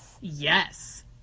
Yes